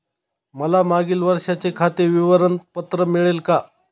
मला मागील वर्षाचे खाते विवरण पत्र मिळेल का?